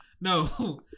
no